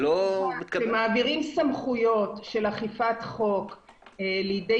כשמעבירים סמכויות של אכיפת חוק לידי